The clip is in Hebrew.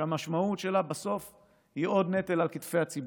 שהמשמעות שלה בסוף היא עוד נטל על כתפי הציבור.